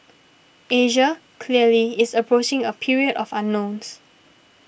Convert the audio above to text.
Asia clearly is approaching a period of unknowns